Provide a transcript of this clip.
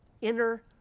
inner